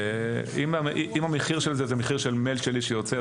אם המחיר של זה הוא מחיר של מייל שלי שיוצא,